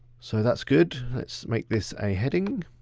so that's good. let's make this a heading.